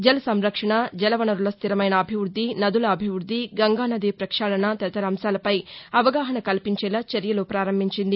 జల సంరక్షణ జల వనరుల స్టిరమైన అభివృద్ది నదుల అభివృద్ది గంగానదీ ప్రక్షాళన తదితర అంశాలపై అవగాహన కల్పించేలా చర్యలు ప్రారంభించింది